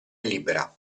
libera